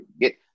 get